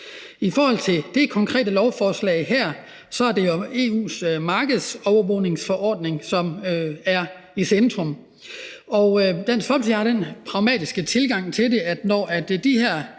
I forhold til det konkrete lovforslag her er det EU's markedsovervågningsforordning, som er i centrum, og Dansk Folkeparti har den pragmatiske tilgang til det, at når de her